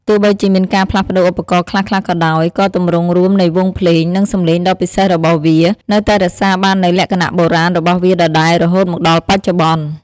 ទោះបីជាមានការផ្លាស់ប្តូរឧបករណ៍ខ្លះៗក៏ដោយ ក៏ទម្រង់រួមនៃវង់ភ្លេង និងសំឡេងដ៏ពិសេសរបស់វា នៅតែរក្សាបាននូវលក្ខណៈបុរាណរបស់វាដដែលរហូតមកដល់បច្ចុប្បន្ន។